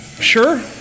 Sure